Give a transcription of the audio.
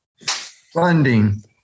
Funding